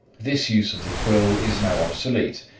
this use of the quill is now obsolete,